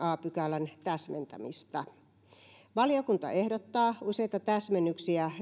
a pykälän täsmentämistä valiokunta ehdottaa useita täsmennyksiä